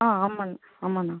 ஆ ஆமாண்ணா ஆமாண்ணா